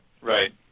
Right